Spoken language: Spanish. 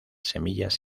semillas